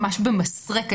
ממש במסרק.